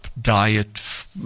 diet